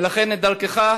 ולכן דרכך,